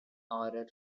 order